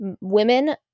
women